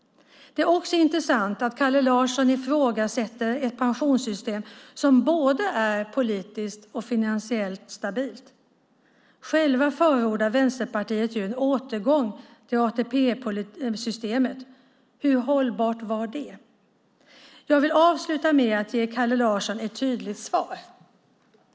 Det är också intressant att Kalle Larsson ifrågasätter ett pensionssystem som är både politiskt och finansiellt stabilt. Själva förordar Vänsterpartiet ju en återgång till ATP-systemet. Hur hållbart var det? Jag vill avsluta med att ge Kalle Larsson ett tydligt svar.